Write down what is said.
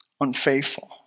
unfaithful